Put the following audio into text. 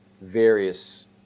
various